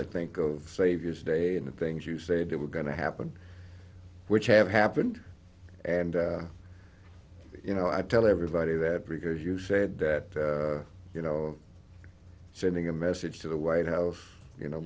i think of saviour's day and the things you say that were going to happen which have happened and you know i tell everybody that because you said that you know sending a message to the white house you know